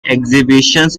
exhibitions